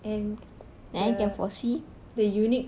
and the the unique